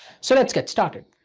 so let's get started.